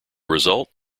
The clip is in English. result